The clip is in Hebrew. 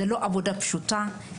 זו לא עבודה פשוטה.